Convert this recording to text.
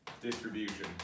distribution